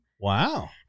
Wow